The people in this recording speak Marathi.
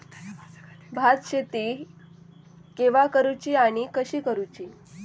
भात शेती केवा करूची आणि कशी करुची?